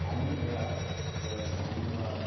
ᱦᱟᱹᱱᱤ ᱚᱲᱟᱜ ᱨᱮ ᱦᱟᱹᱱᱤ ᱚᱲᱟᱜ